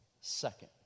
second